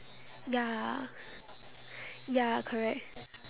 ya ya correct